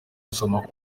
gusoma